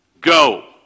Go